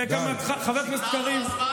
וחבר הכנסת קריב,